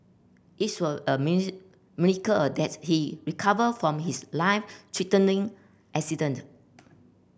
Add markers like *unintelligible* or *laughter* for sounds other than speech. is were a *unintelligible* miracle *unintelligible* that he recovered from his life threatening accident